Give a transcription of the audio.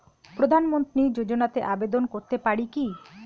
প্রধানমন্ত্রী যোজনাতে আবেদন করতে পারি কি?